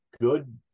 good